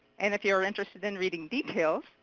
and if you're interested in reading details,